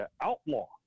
outlaw